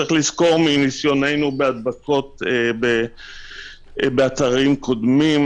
צריך לזכור מניסיוננו בהדבקות באתרים קודמים,